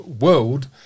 world